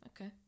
okay